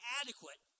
adequate